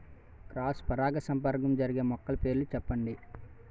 Cross పరాగసంపర్కం జరిగే మొక్కల పేర్లు చెప్పండి?